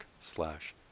slash